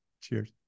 Cheers